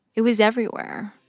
it was everywhere,